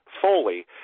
fully